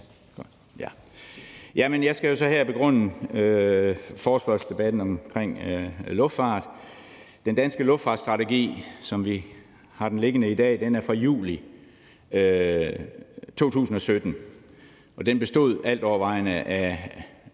Jeg skal jo så her begrunde forespørgselsdebatten om luftfart. Den danske luftfartsstrategi, som den ligger i dag, er fra juli 2017, og den består altovervejende af